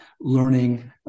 learning